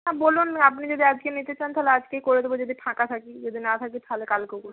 হ্যাঁ বলুন আপনি যদি আজকে নিতে চান তাহলে আজকেই করে দেবো যদি ফাঁকা থাকি যদি না থাকি তাহলে কালকেও করে দিতে